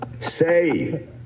Say